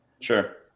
Sure